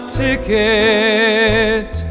ticket